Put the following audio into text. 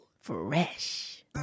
Fresh